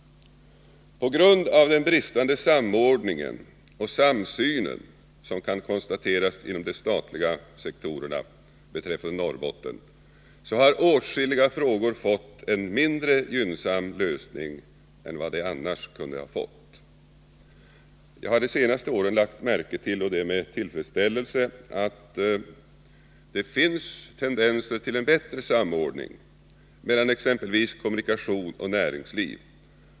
På grund av den bristande samordning och samsyn som kan konstateras inom de statliga sektorerna beträffande Norrbotten har åtskilliga frågor fått en mindre gynnsam lösning än vad de annars kunde ha fått. Jag har de senaste åren lagt märke till — och det med tillfredsställelse — att det finns tendenser till en bättre samordning mellan exempelvis kommunikationer och näringsliv.